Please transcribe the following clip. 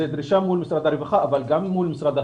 זו דרישה מול משרד הרווחה אבל גם מול משרד החינוך.